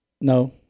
No